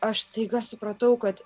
aš staiga supratau kad